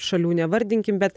šalių nevardinkim bet